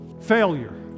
failure